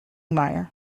myer